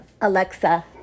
Alexa